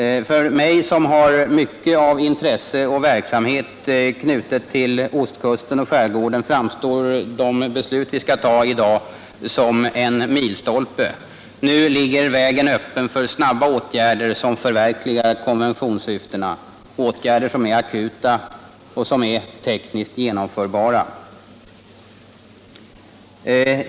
För mig som har mycket av intresse och aktivitet knutet till ostkusten och skärgården framstår de beslut vi skall fatta i dag som en milstolpe. Nu ligger vägen öppen för snabba åtgärder som förverkligar konventionssyftena — åtgärder som är akuta och som är tekniskt genomförbara.